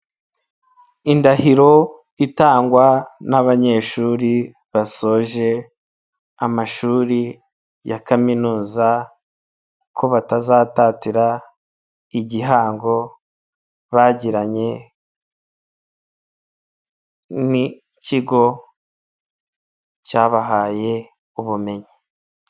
Indahiro itangwa n'abanyeshuri basoje amashuri ya Kaminuza ko batazatatira igihango bagiranye n'ikigo cyabahaye ubumenyi.